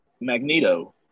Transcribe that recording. magneto